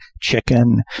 chicken